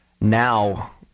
Now